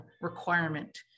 requirement